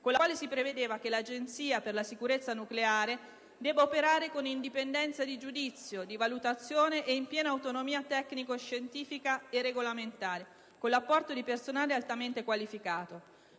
con la quale si prevedeva che l'Agenzia per la sicurezza nucleare debba operare con indipendenza di giudizio, di valutazione e in piena autonomia tecnico-scientifica e regolamentare, con l'apporto di personale altamente qualificato.